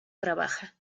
trabaja